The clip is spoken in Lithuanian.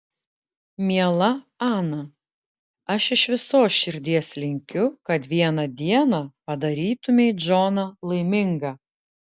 miela ana aš iš visos širdies linkiu kad vieną dieną padarytumei džoną laimingą